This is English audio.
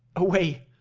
away,